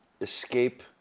escape